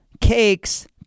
cakes